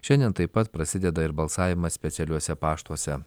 šiandien taip pat prasideda ir balsavimas specialiuose paštuose